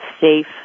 safe